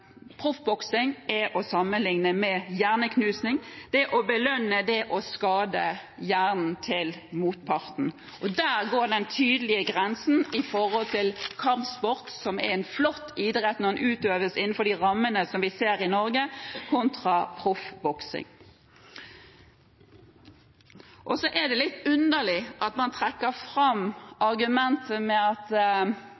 proffboksing er å sammenlikne med hjerneknusing. Det handler om å belønne det å skade hjernen til motparten. Der går den tydelige grensen når det gjelder kampsport, som er en flott idrett når den utøves innenfor de rammene som vi ser i Norge, i motsetning til proffboksing. Det er også litt underlig at man trekker fram